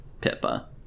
Pippa